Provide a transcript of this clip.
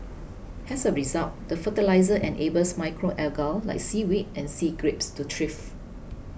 as a result the fertiliser enables macro algae like seaweed and sea grapes to thrive